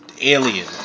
alien